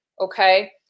okay